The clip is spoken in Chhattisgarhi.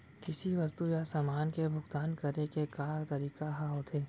किसी वस्तु या समान के भुगतान करे के का का तरीका ह होथे?